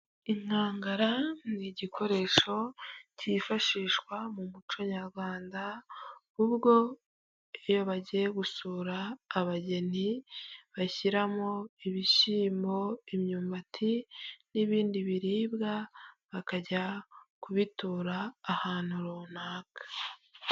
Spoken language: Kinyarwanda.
Inkangara, ni igikoresho cyifashishwa mu muco nyarwanda, ubwo iyo bagiye gusura abageni, bashyiramo ibishyiyimbo, imyumbati n'ibindi biribwa, bakajya kubitura ahantu runaka.